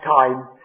time